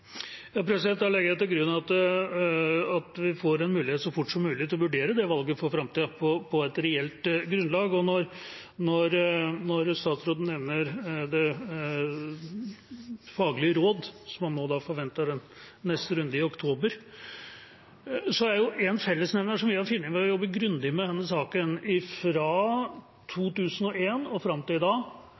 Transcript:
Da legger jeg til grunn at vi så fort som mulig får en mulighet til å vurdere det valget for framtida på et reelt grunnlag. Når statsråden nevner det fagmilitære rådet, som han forventer å få i neste runde i oktober, er en fellesnevner vi har funnet ved å ha jobbet grundig med denne saken fra 2001 og fram til i dag,